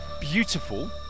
beautiful